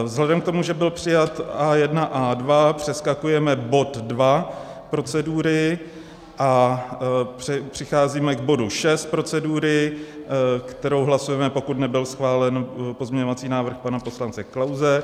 Vzhledem k tomu, že byl přijat A1, A2 přeskakujeme bod 2 procedury a přicházíme k bodu 6 procedury, kterou hlasujeme, pokud nebyl schválen pozměňovací návrh pana poslance Klause.